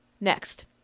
next